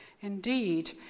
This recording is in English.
Indeed